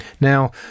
Now